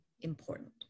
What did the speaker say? important